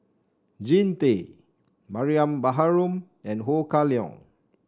Jean Tay Mariam Baharom and Ho Kah Leong